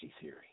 theory